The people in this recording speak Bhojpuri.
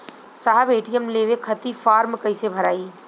साहब ए.टी.एम लेवे खतीं फॉर्म कइसे भराई?